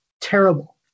terrible